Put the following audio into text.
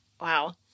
Wow